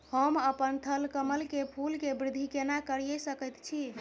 हम अपन थलकमल के फूल के वृद्धि केना करिये सकेत छी?